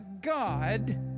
God